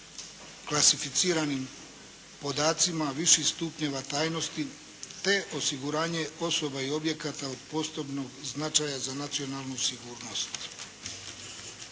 klasificiranih podacima viših stupnjeva tajnosti, te osiguranje osoba i objekata od posebnog značaj za nacionalnu sigurnost.